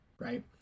right